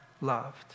loved